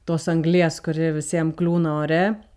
tos anglies kuri visiem kliūna ore